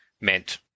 meant